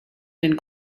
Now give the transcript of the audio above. den